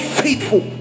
faithful